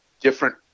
different